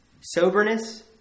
soberness